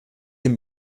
dem